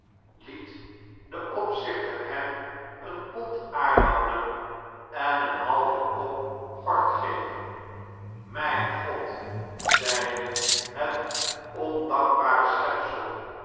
liet de opzichter hem een pond aardappelen en een halven kop gort geven mijn god zeide het ondankbare schepsel